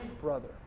brother